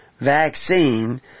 vaccine